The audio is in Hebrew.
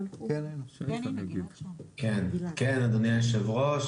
כן אדוני היו"ר,